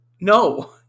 No